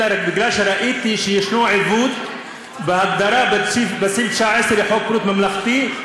אלא בגלל שראיתי שיש עיוות בהגדרה בסעיף 19 לחוק בריאות ממלכתי,